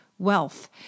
wealth